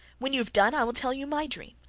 when you have done, i'll tell you my dream.